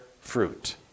fruit